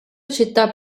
città